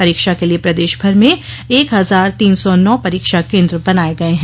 परीक्षा के लिए प्रदेशभर में एक हजार तीन सौ नौ परीक्षा कें द्र बनाए गए हैं